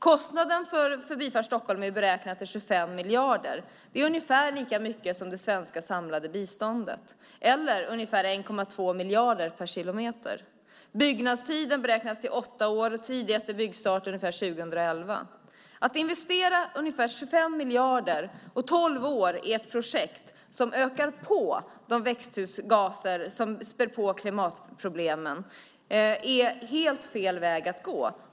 Kostnaden för Förbifart Stockholm är beräknad till 25 miljarder, ungefär lika mycket som det svenska samlade biståndet eller ungefär 1,2 miljarder kronor per kilometer. Byggtiden beräknas till åtta år, och tidigaste byggstart blir ungefär 2011. Att investera ungefär 25 miljarder och tolv år i ett projekt som ökar växthusgaser som späder på klimatproblemen är helt fel väg att gå.